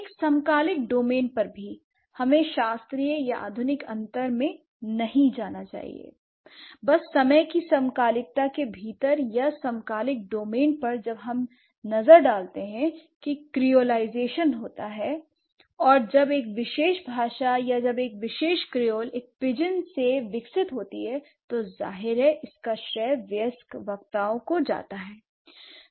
एक समकालिक डोमेन पर भी हमें शास्त्रीय या आधुनिक अंतर में नहीं जाना चाहिए l बस समय की समकालिकता के भीतर या समकालिक डोमेन पर जब हम देखते हैं कि क्रियोलिज़ेशन होता है और जब एक विशेष भाषा या जब एक विशेष क्रियोल एक पिजिन से विकसित होता है जाहिर है इसका श्रेय वयस्क वक्ताओं को जाता है